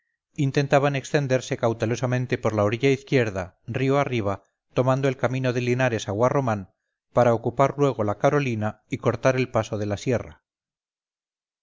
intentaban extendersecautelosamente por la orilla izquierda río arriba tomando el camino de linares a guarromán para ocupar luego la carolina y cortar el paso de la sierra